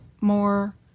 more